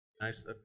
nice